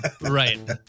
Right